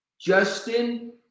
Justin